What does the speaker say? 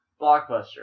Blockbuster